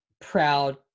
proud